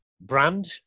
brand